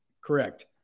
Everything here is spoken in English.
Correct